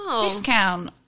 discount